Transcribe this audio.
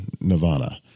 nirvana